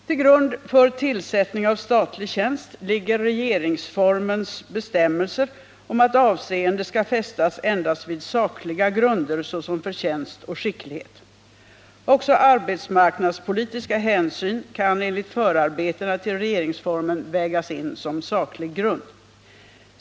Till grund för tillsättning av statlig tjänst ligger regeringsformens bestämmelser om att avseende skall fästas endast vid sakliga grunder såsom förtjänst och skicklighet. Också arbetsmarknadspolitiska hänsyn kan enligt förarbetena till regeringsformen vägas in som saklig grund.